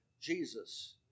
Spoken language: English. Jesus